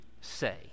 say